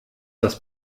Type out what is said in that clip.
das